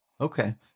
Okay